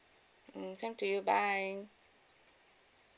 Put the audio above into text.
mm same to you bye